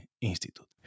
Institute